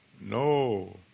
No